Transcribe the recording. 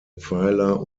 pfeiler